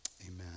Amen